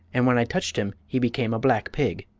and when i touched him he became a black pig.